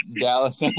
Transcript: Dallas